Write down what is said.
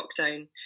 lockdown